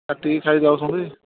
କାଟିକି ଖାଇ ଯାଉଛନ୍ତି